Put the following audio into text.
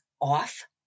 off